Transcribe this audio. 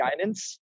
guidance